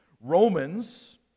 Romans